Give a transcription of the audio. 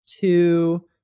two